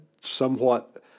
somewhat